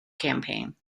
campaign